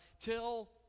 till